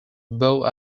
bow